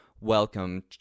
Welcome